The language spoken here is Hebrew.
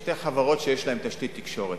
שתי חברות שיש להן תשתית תקשורת: